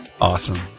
Awesome